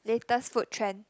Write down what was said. latest food trend